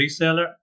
reseller